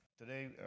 Today